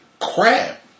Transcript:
crap